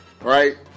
right